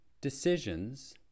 decisions